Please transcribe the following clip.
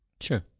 Sure